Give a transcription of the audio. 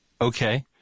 Okay